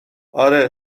آره